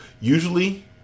Usually